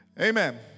Amen